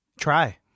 Try